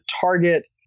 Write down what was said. target